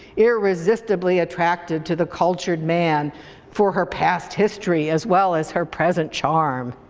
irresistibly attractive to the cultured man for her past history as well as her present charm.